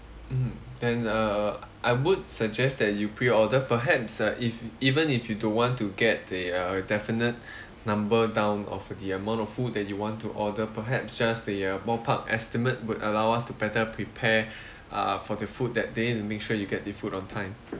mm then err I would suggest that you preorder perhaps uh if even if you don't want to get a uh definite number down of the amount of food that you want to order perhaps just a uh ballpark estimate would allow us to better prepare uh for the food that day to make sure you get the food on time